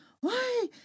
Why